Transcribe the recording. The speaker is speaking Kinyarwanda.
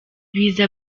biza